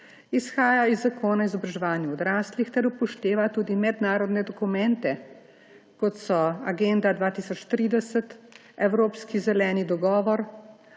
izhaja iz Zakona o izobraževanju odraslih ter upošteva tudi mednarodne dokumente, kot so Agenda 2030, Evropski zeleni dogovor,